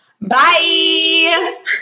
Bye